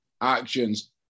actions